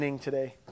today